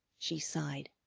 she sighed.